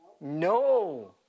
No